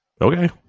Okay